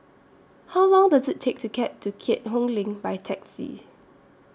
How Long Does IT Take to get to Keat Hong LINK By Taxi